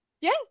Yes